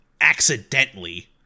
accidentally